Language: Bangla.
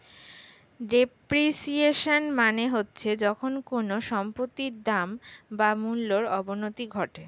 ডেপ্রিসিয়েশন মানে হচ্ছে যখন কোনো সম্পত্তির দাম বা মূল্যর অবনতি ঘটে